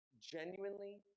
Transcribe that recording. genuinely